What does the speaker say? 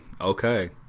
Okay